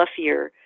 fluffier